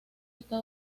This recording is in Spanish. está